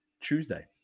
Tuesday